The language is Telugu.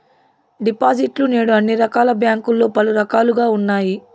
డిపాజిట్లు నేడు అన్ని రకాల బ్యాంకుల్లో పలు రకాలుగా ఉన్నాయి